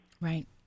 Right